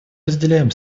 разделяем